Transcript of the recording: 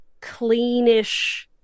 cleanish